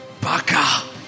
Baka